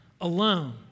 alone